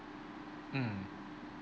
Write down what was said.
mm